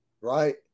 right